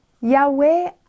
Yahweh